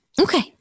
Okay